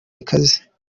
ikaze